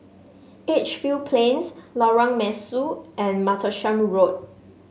Edgefield Plains Lorong Mesu and Martlesham Road